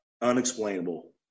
unexplainable